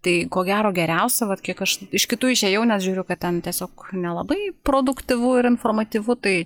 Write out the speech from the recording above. tai ko gero geriausia vat kiek aš iš kitų išėjau nes žiūriu kad ten tiesiog nelabai produktyvu ir informatyvu tai